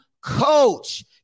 coach